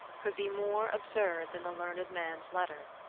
could be more absurd than the learned man's letter.